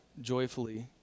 joyfully